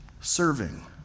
Serving